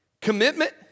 Commitment